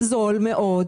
זול מאוד,